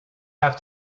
have